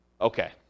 okay